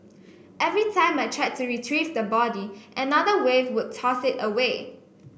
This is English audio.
every time I tried to retrieve the body another wave would toss it away